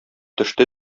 төште